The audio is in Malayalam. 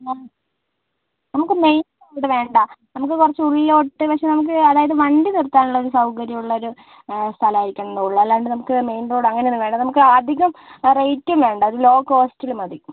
നമുക്ക് മെയിൻ റോഡ് വേണ്ട നമുക്ക് കുറച്ചു ഉള്ളിലോട്ട് പക്ഷേ നമുക്ക് അതായത് വണ്ടി നിർത്താനുള്ള ഒരു സൗകര്യമുള്ള ഒരു സ്ഥലാരിക്കണന്നേ ഉള്ളൂ അല്ലാണ്ട് നമുക്ക് മെയിൻ റോഡ് അങ്ങനൊന്നും വേണ്ട നമുക്ക് അധികം റേറ്റും വേണ്ട ഒരു ലോ കോസ്റ്റിൽ മതി